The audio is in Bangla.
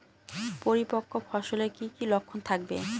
পরিপক্ক ফসলের কি কি লক্ষণ থাকবে?